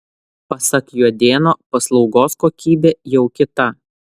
pasak juodėno paslaugos kokybė jau kita